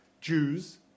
Jews